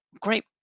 great